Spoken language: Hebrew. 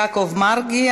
יעקב מרגי,